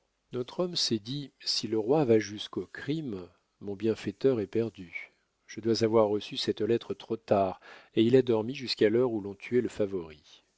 notre homme s'est dit si le roi va jusqu'au crime mon bienfaiteur est perdu je dois avoir reçu cette lettre trop tard et il a dormi jusqu'à l'heure où l'on tuait le favori